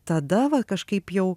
tada va kažkaip jau